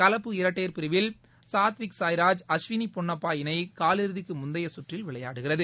கலப்பு இரட்டையர் பிரிவில் சாத்விக் சாய்ராஜ் அஸ்வினி பொன்னப்பா இணை காலிறுதிக்கு முந்தைய சுற்றில் விளையாடுகிறது